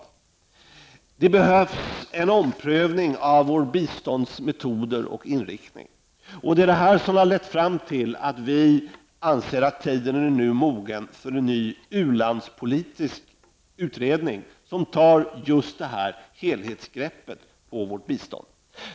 Det behövs en omprövning av våra biståndsmetoder och vår inriktning. Vi i centerpartiet anser nu tiden mogen för en ny ulandspolitisk utredning, som tar just detta helhetsgrepp på vårt bistånd.